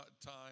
time